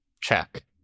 check